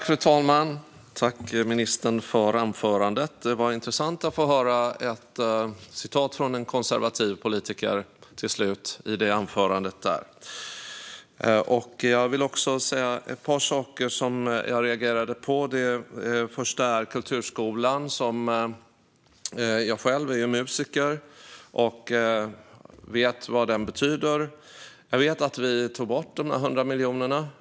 Fru talman! Jag tackar ministern för anförandet. Det var intressant att få höra ett citat från en konservativ politiker på slutet. Jag vill ta upp ett par saker som jag reagerade på. Först har vi kulturskolan. Jag är själv musiker och vet vad den betyder. Jag vet att vi tog bort dessa 100 miljoner.